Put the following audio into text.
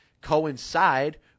coincide